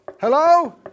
Hello